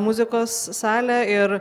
muzikos salę ir